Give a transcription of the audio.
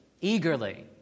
eagerly